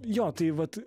jo tai vat